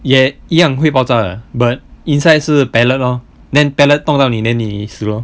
也一样会爆炸的 but inside 是 pellet lor then pellet 动到你 then 你死 lor